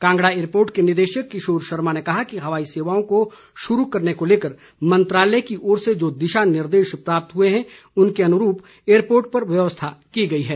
Kangra airport के निदेशक किशोर शर्मा ने कहा कि हवाई सेवाओं को शुरू करने को लेकर मंत्रालय की ओर से जो दिशा निर्देश प्राप्त हुए हैं उनके अनुरूप एयरपोर्ट पर व्यवस्थाएं की गई है